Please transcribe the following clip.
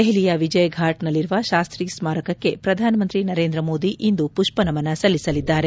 ದೆಹಲಿಯ ವಿಜಯ್ಘಾಟ್ನಲ್ಲಿರುವ ಶಾಸ್ತಿ ಸ್ಮಾರಕಕ್ಕೆ ಪ್ರಧಾನಮಂತ್ರಿ ನರೇಂದ್ರ ಮೋದಿ ಇಂದು ಪುಷ್ಪನಮನ ಸಲ್ಲಿಸಲಿದ್ದಾರೆ